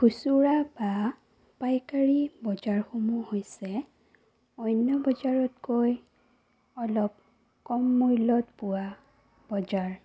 খুচুৰা বা পাইকাৰী বজাৰসমূহ হৈছে অন্য বজাৰতকৈ অলপ কম মূল্যত পোৱা বজাৰ